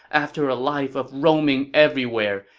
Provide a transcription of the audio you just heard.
after a life of roaming everywhere,